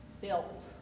built